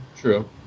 true